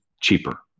cheaper